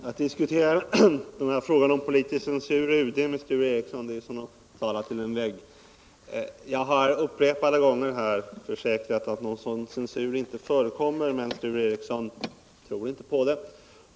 Herr talman! Att diskutera frågan om politisk censur i UD med Sture Ericson är som att tala till en vägg. Jag har upprepade gånger försäkrat att någon sådan censur inte förekommer, men Sture Ericson tror inte på det.